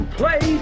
play